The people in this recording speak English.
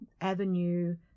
avenue